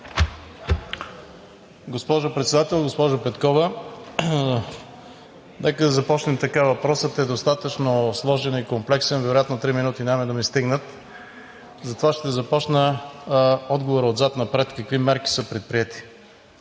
Госпожо Председател, госпожо Петкова! Нека да започнем така – въпросът е достатъчно сложен и комплексен, вероятно три минути няма да ми стигнат, затова ще започна отговора отзад напред и какви мерки са предприети.